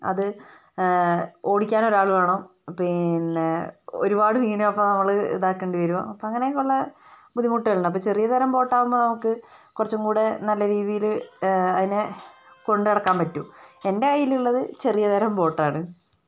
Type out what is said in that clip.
അത് ഓടിക്കാൻ ഒരാള് വേണം പിന്നെ ഒരുപാട് മീനെ അപ്പൊൾ നമ്മള് ഇതാക്കേണ്ടി വരും അപ്പൊൾ അങ്ങനൊക്കെയുള്ള ബുദ്ധിമുട്ടുകളൊക്കെയുണ്ട് അപ്പൊൾ ചെറിയ തരം ബോട്ടാകുമ്പോ കുറച്ചുംകൂടെ നല്ല രീതിയില് അതിനെ കൊണ്ട് നടക്കാൻ പറ്റും എൻ്റെ കയ്യിലിള്ളത് ചെറിയ തരം ബോട്ടാണ്